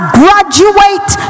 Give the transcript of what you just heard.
graduate